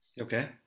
Okay